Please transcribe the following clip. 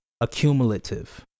accumulative